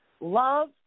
Love